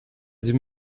sie